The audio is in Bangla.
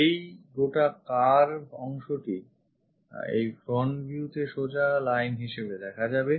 এই গোটা curve অংশটি এই front view তে সোজা line হিসেবে দেখা যাবে